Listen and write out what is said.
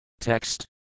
Text